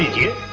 you